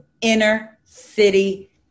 inner-city